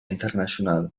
internacional